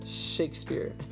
Shakespeare